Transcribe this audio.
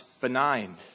benign